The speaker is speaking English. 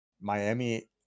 Miami